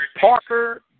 Parker